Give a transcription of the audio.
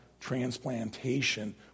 transplantation